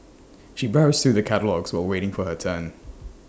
she browsed through the catalogues while waiting for her turn